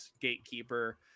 gatekeeper